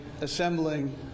assembling